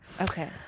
okay